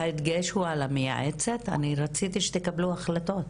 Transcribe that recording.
והדגש הוא על המייעצת, אני רציתי שתקבלו החלטות.